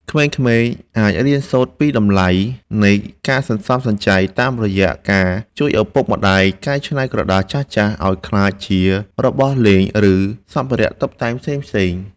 ក្មេងៗអាចរៀនសូត្រពីតម្លៃនៃការសន្សំសំចៃតាមរយៈការជួយឪពុកម្ដាយកែច្នៃក្រដាសចាស់ៗឱ្យក្លាយជារបស់លេង ឬ សម្ភារៈតុបតែងផ្សេងៗ។